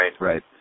Right